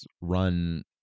run